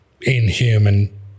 inhuman